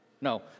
No